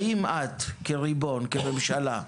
האם את כריבון, כממשלה,